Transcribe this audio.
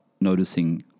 noticing